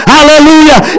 Hallelujah